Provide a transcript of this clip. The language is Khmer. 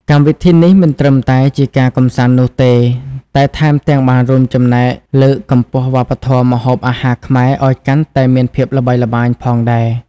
កម្មវិធីនេះមិនត្រឹមតែជាការកម្សាន្តនោះទេ តែថែមទាំងបានរួមចំណែកលើកកម្ពស់វប្បធម៌ម្ហូបអាហារខ្មែរឲ្យកាន់តែមានភាពល្បីល្បាញផងដែរ។